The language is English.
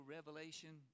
Revelation